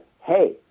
hey